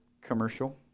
commercial